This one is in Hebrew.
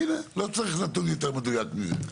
הנה, לא צריך נתון יותר מדויק מזה.